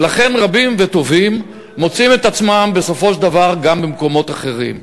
ולכן רבים וטובים מוצאים את עצמם בסופו של דבר גם במקומות אחרים.